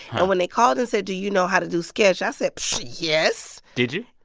and when they called and said do you know how to do sketch? i said, pfft, yes did you?